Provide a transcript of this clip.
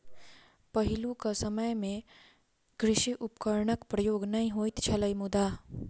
पहिलुक समय मे कृषि उपकरणक प्रयोग नै होइत छलै मुदा